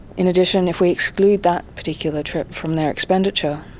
in addition if we exclude that particular trip from their expenditure,